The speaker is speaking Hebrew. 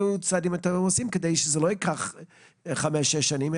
צעדים אתם עושים כדי שזה לא ייקח 5-6 שנים,